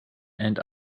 and